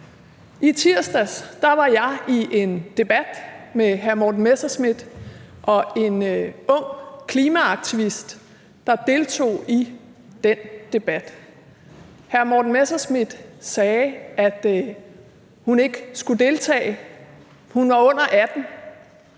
I tirsdags var jeg i en debat med hr. Morten Messerschmidt, og der var en ung klimaaktivist, der deltog i den debat. Hr. Morten Messerschmidt sagde, at hun ikke skulle deltage, hun var under 18